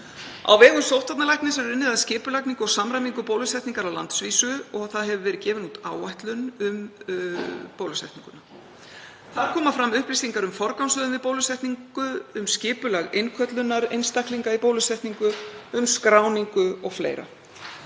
Á vegum sóttvarnalæknis er unnið að skipulagningu og samræmingu bólusetningar á landsvísu og það hefur verið gefin út áætlun um bólusetninguna. Þar koma fram upplýsingar um forgangsröðun við bólusetningu, um skipulag innköllunar einstaklinga í bólusetningu, um skráningu o.fl.